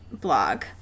blog